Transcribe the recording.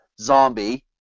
Zombie